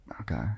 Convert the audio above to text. Okay